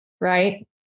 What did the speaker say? Right